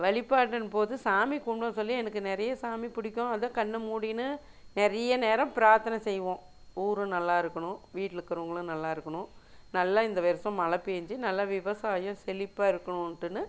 வழிபாட்டின்னுபோது சாமி கும்பிட சொல்லி எனக்கு நிறைய சாமி பிடிக்கும் அதை கண்ணை மூடின்னு நிறைய நேரம் பிரார்த்தனை செய்வோம் ஊர் நல்லா இருக்கணும் வீட்டில் இருக்கிறவங்களும் நல்லா இருக்கணும் நல்லா இந்த வருஷம் மழை பெஞ்சு நல்ல விவசாயம் செழிப்பாக இருக்குணுன்டுன்னு